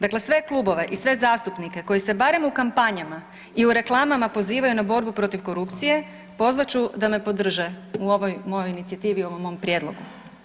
Dakle, sve klubove i sve zastupnike koji se barem u kampanjama i u reklamama pozivaju na borbu protiv korupcije pozvat ću da me podrže u ovoj mojoj inicijativi, u ovom mom prijedlogu.